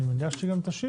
אני מניח שהיא גם תשיב.